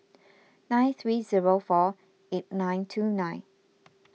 nine three zero four eight nine two nine